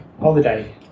holiday